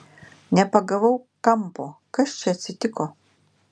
nepagavau kampo kas čia atsitiko